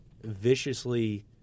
viciously